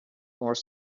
more